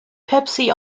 pepsi